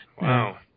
Wow